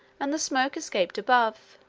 and the smoke escaped above.